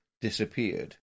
disappeared